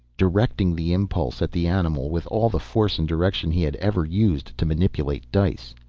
directing the impulse at the animal with all the force and direction he had ever used to manipulate dice.